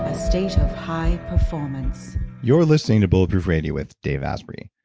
ah state of high performance you're listening to bulletproof radio with dave asprey.